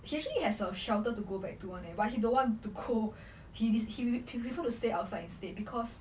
he actually has a shelter to go back to one leh why you he want to go he did he would prefer to stay outside instead because